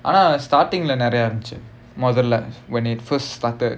ஆனா:aanaa starting leh நிறைய இருந்துச்சி மொதல்ல:niraiya irunthuchi mothalla when it first started